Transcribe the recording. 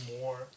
more